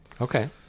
Okay